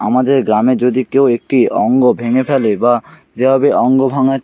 আমাদের গ্রামে যদি কেউ একটি অঙ্গ ভেঙে ফেলে বা যেভাবে অঙ্গ ভাঙার